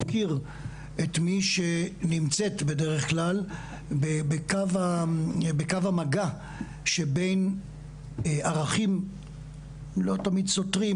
מוקיר את מי שנמצאת בדרך כלל בקו המגע שבין ערכים שלא תמיד סותרים,